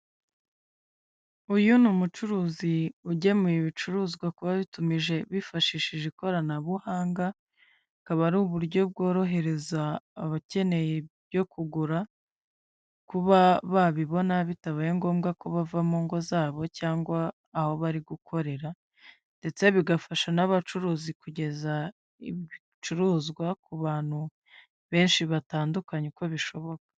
Uyu ni umucuruzi ugemuwe ibicuruzwa kubabitumije bifashishije ikoranabuhanga, akaba ari uburyo bworohereza abakeneye ibyo kugura kuba babibona bitabaye ngombwa ko bava mu ngo zabo cyangwa aho bari gukorera, ndetse bigafasha n'abacuruzi kugeza ibicuruzwa ku bantu benshi batandukanye uko bishoboka.